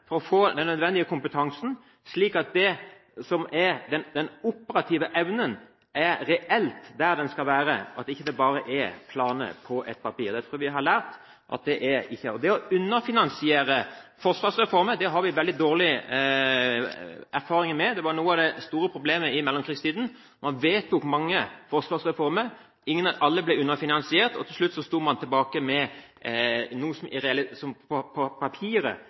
for å få den nødvendige kompetansen, slik at den operative evnen reelt er der den skal være, at det ikke bare er planer på et papir. Det tror jeg vi har lært. Det å underfinansiere forsvarsreformer har vi veldig dårlig erfaring med. Det var noe av det store problemet i mellomkrigstiden. Man vedtok mange forsvarsreformer, alle ble underfinansiert. Til slutt sto man tilbake med noe som på papiret så ut til å ville fungere, men som